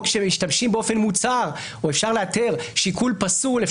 או כשמשתמשים באופן מוצהר או שאפשר לאתר שיקול פסול,